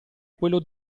quello